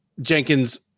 Jenkins